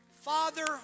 Father